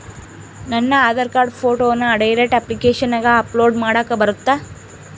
ನನ್ನ ಆಧಾರ್ ಕಾರ್ಡ್ ಫೋಟೋನ ಡೈರೆಕ್ಟ್ ಅಪ್ಲಿಕೇಶನಗ ಅಪ್ಲೋಡ್ ಮಾಡಾಕ ಬರುತ್ತಾ?